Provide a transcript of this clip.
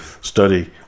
study